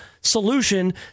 solution